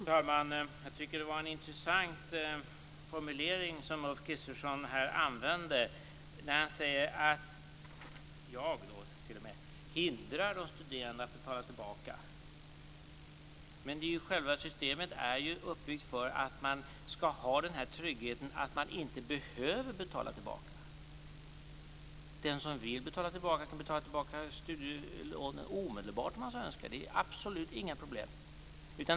Fru talman! Jag tycker att det var en intressant formulering som Ulf Kristersson använde. Han sade att jag hindrar de studerande från att betala tillbaka sina lån. Men själva systemet är ju uppbyggt för att man skall ha tryggheten att man inte behöver betala tillbaka. Den som vill betala tillbaka studielånen kan göra det omedelbart om han så önskar. Det är absolut inga problem.